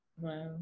Wow